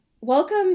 Welcome